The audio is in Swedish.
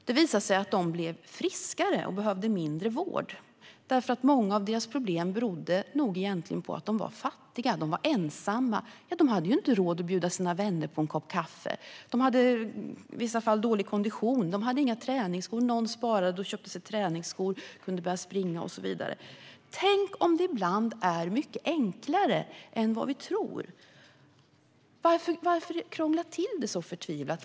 Det visade sig att de blev friskare och behövde mindre vård, därför att många av deras problem nog egentligen berodde på att de var fattiga. De var ensamma, men de hade inte råd att bjuda sina vänner på en kopp kaffe. De hade i vissa fall dålig kondition, men de hade inga träningsskor. Någon sparade och köpte träningsskor och kunde börja springa och så vidare. Tänk om det ibland är mycket enklare än vad vi tror! Varför krångla till det så förtvivlat?